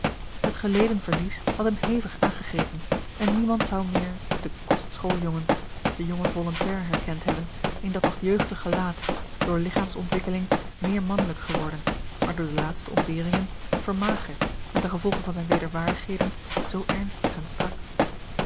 het geleden verlies had hem hevig aangegrepen en niemand zou meer den kostschooljongen of den jongen volontair herkend hebben in dat nog jeugdig gelaat door ligchaams ontwikkeling meer mannelijk geworden maar door de laatste ontberingen vermagerd en ten gevolge van zijne wederwaardigheden zoo ernstig en strak